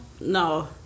no